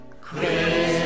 Christmas